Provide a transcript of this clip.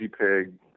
Pig